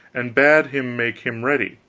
and bad him make him ready.